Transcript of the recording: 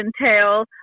entail